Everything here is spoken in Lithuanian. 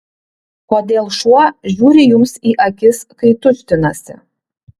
kodėl šuo žiūri jums į akis kai tuštinasi